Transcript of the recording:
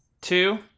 two